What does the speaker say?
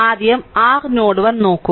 ആദ്യം r node 1 നോക്കുക